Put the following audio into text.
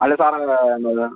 അല്ല സാർ